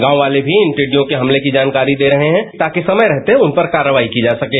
गांव वाले भी इन टिडियों के आने की जानकारी दे रहे हैं ताकि समय रहते उनपर कार्रवाई की जा सकें